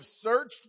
searched